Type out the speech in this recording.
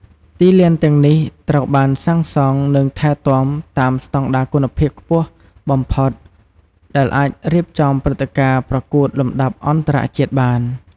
ទីលានទាំងនេះត្រូវបានសាងសង់ និងថែទាំតាមស្តង់ដារគុណភាពខ្ពស់បំផុត ដែលអាចរៀបចំព្រឹត្តិការណ៍ប្រកួតលំដាប់អន្តរជាតិបាន។